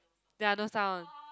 ya no sound